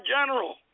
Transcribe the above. general